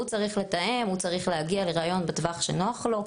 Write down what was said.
הוא צריך לתאם והוא צריך להגיע לריאיון בטווח שנוח לו.